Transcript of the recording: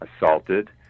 assaulted